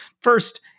first